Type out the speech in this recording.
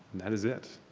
that is it.